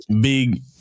big